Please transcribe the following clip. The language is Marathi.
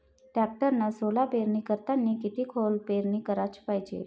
टॅक्टरनं सोला पेरनी करतांनी किती खोल पेरनी कराच पायजे?